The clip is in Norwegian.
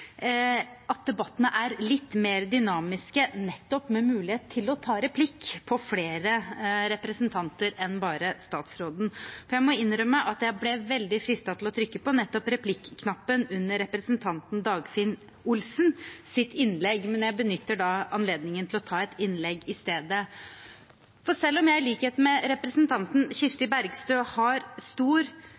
at debattene er litt mer dynamiske, nettopp med mulighet til å ta replikk på flere representanter enn bare statsråden. Jeg må innrømme at jeg ble veldig fristet til å trykke på nettopp replikknappen under representanten Dagfinn Henrik Olsens innlegg, men jeg benytter anledningen til å ta et innlegg i stedet. Selv om jeg i likhet med representanten Kirsti Bergstø har